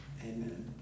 Amen